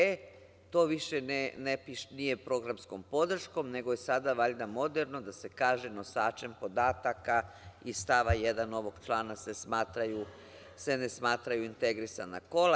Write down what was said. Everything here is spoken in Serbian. E, to više nije - programskom podrškom nego je sada valjda moderno da se kaže – nosačem podataka iz stava 1. ovog člana se ne smatraju integrisana kola.